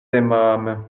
aimâmes